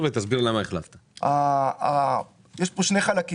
היו הרבה דברים שאיתי לא הגעת לסיכום,